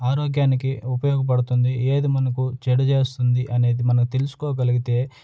ఆరోగ్యానికి ఉపయోగపడుతుంది ఏది మనకు చెడు చేస్తుంది అనేది మనం తెలుసుకోగలిగితే